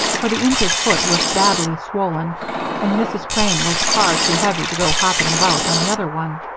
for the injured foot was badly swollen and mrs. crane was far too heavy to go hopping about on the other one.